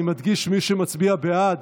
אני מדגיש, מי שמצביע בעד,